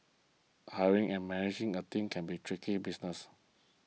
hiring and managing a team can be tricky business